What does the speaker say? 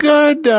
Good